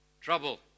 trouble